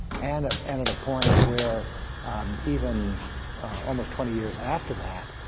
and ah and at a point where even almost twenty years after that,